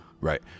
Right